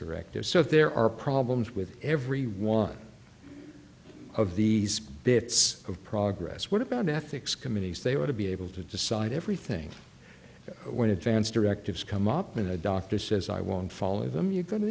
directives so there are problems with every one of these bits of progress what about ethics committees they want to be able to decide everything when advance directives come up when a doctor says i won't follow them you're going to